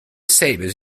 sabres